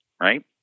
right